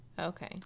Okay